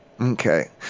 Okay